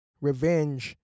revenge